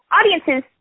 audiences